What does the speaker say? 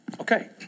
Okay